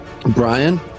Brian